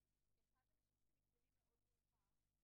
נפתח את הדיון במסגרת ציון יום האיידס הבינלאומי.